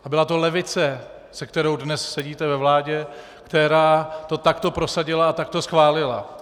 A byla to levice, se kterou dnes sedíte ve vládě, která to takto prosadila a takto schválila.